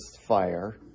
fire